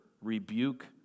rebuke